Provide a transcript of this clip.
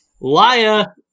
Liar